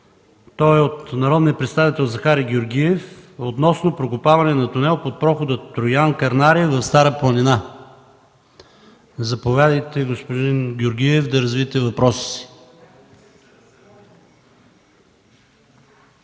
Той е от народния представител Захари Георгиев – относно прокопаване на тунел под прохода Троян – Кърнаре в Стара планина. Заповядайте, господин Георгиев, за да развиете въпроса си.